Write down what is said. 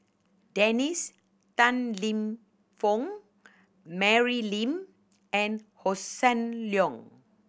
Dennis Tan Lip Fong Mary Lim and Hossan Leong